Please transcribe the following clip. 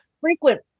frequent